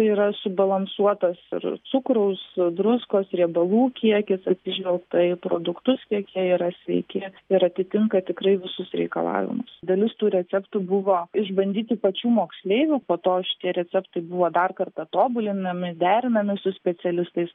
tai yra subalansuotas ir cukraus druskos riebalų kiekis atsižvelgta į produktus kiek jie yra sveiki ir atitinka tikrai visus reikalavimus dalis tų receptų buvo išbandyti pačių moksleivių po to šitie receptai buvo dar kartą tobulinami derinami su specialistais